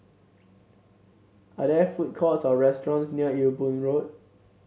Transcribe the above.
are there food courts or restaurants near Ewe Boon Road